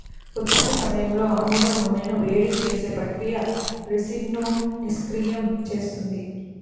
ఉత్పత్తి సమయంలో ఆముదం నూనెను వేడి చేసే ప్రక్రియ రిసిన్ను నిష్క్రియం చేస్తుంది